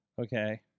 okay